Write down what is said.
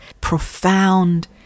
profound